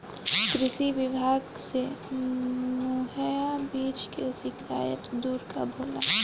कृषि विभाग से मुहैया बीज के शिकायत दुर कब होला?